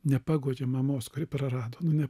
nepaguodžia mamos kuri prarado ne